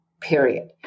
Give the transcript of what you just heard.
Period